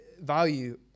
value